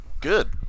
Good